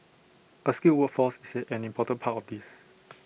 A skilled workforce is an important part of this